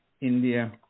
India